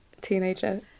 teenager